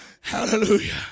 Hallelujah